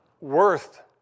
worth